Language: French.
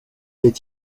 est